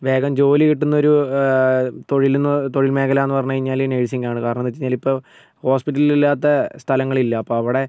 വേഗം ജോലി കിട്ടുന്നൊരു തൊഴിലെന്ന് തൊഴിൽമേഖലാന്ന് പറഞ്ഞ് കഴിഞ്ഞാൽ നേഴ്സിങ്ങാണ് കാരണം എന്താന്ന് വെച്ച് കഴിഞ്ഞാൽ ഇപ്പോൾ ഹോസ്പിറ്റലില്ലാത്ത സ്ഥലങ്ങളില്ല അപ്പം അവിടെ